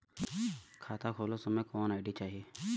खाता खोलत समय कौन आई.डी चाही?